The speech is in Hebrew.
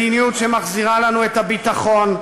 מדיניות שמחזירה לנו את הביטחון,